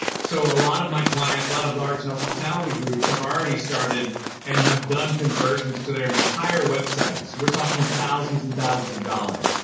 so a lot of my clients, a lot of large hospitality groups, have already started and have done conversions to their entire websites, we're talking thousands and thousands of dollars,